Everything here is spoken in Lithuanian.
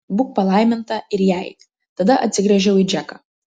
būk palaiminta ir jai tada atsigręžiau į džeką